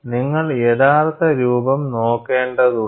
നിങ്ങൾ യഥാർത്ഥ രൂപം നോക്കേണ്ടതുണ്ട്